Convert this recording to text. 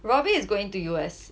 robbie is going to U_S